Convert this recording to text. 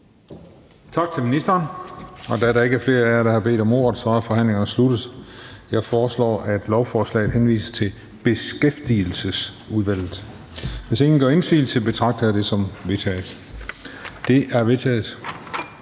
tak til ministeren. Da der ikke er flere, som har bedt om ordet, er forhandlingen sluttet. Jeg foreslår, at lovforslaget henvises til Kulturudvalget. Hvis ingen gør indsigelse, betragter jeg det som vedtaget. Det er vedtaget.